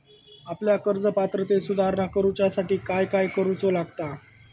आपल्या कर्ज पात्रतेत सुधारणा करुच्यासाठी काय काय करूचा लागता?